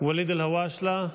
וואליד אלהואשלה.